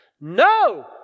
No